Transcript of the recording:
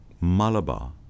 Malabar